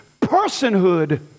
personhood